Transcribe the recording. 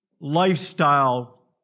lifestyle